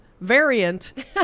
Variant